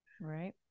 Right